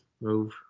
move